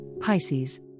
Pisces